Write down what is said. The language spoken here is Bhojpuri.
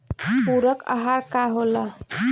पुरक अहार का होला?